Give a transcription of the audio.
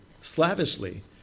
slavishly